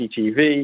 CCTV